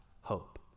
hope